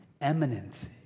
eminent